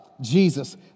Jesus